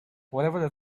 whatever